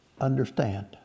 understand